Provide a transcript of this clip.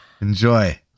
Enjoy